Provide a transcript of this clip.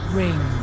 ring